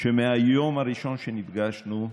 שמהיום הראשון שנפגשנו אמר: